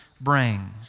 bring